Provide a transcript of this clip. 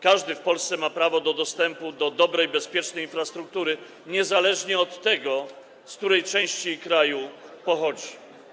Każdy w Polsce ma prawo dostępu do dobrej i bezpiecznej infrastruktury niezależnie od tego, z której części kraju pochodzi.